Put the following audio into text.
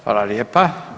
Hvala lijepa.